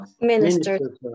Minister